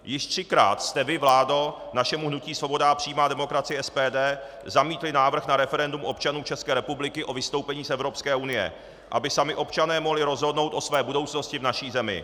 Již třikrát jste vy, vládo, našemu hnutí Svoboda a přímá demokracie SPD zamítli návrh na referendum občanů České republiky o vystoupení z Evropské unie, aby sami občané mohli rozhodnout o své budoucnosti v naší zemi.